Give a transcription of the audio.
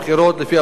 לפי המוקדם.